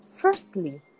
Firstly